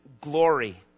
glory